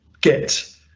get